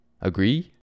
Agree